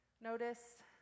Notice